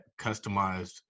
customized